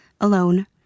alone